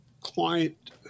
client